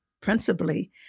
principally